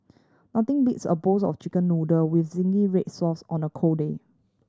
nothing beats a bowls of Chicken Noodle with zingy red sauce on a cold day